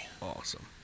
Awesome